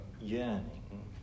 yearning